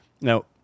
Now